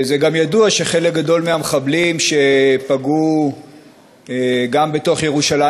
זה גם ידוע שחלק גדול מהמחבלים שפגעו גם בתוך ירושלים